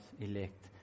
elect